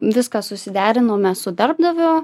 viską susiderinome su darbdaviu